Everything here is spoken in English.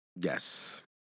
Yes